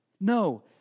No